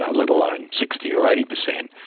ah let alone sixty or eighty per cent,